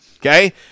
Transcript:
Okay